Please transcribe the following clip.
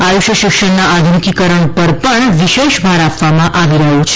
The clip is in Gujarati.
આયુષ શિક્ષણના આધુનિકીકરણ પર પણ વિશેષ ભાર આપવામાં આવી રહ્યો છે